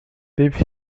david